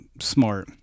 smart